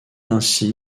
ainsi